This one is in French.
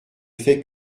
fait